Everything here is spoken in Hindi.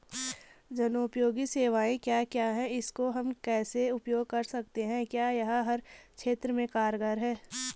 जनोपयोगी सेवाएं क्या क्या हैं इसको हम कैसे उपयोग कर सकते हैं क्या यह हर क्षेत्र में कारगर है?